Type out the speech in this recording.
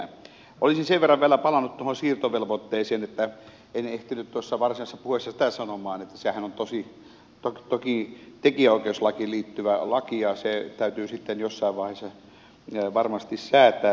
olisin sen verran vielä palannut tuohon siirtovelvoitteeseen kun en ehtinyt tuossa varsinaisessa puheessani sitä sanoa että sehän on toki tekijänoikeuslakiin liittyvä laki ja se täytyy sitten jossain vaiheessa varmasti säätää